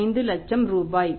25 லட்சம் ரூபாய்